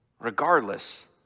regardless